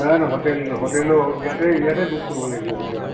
নাই নাই হোটেল হোটেলো ইয়াতে ইয়াতে বুক কৰিব লাগিব হোটেল